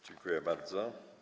Dziękuję bardzo.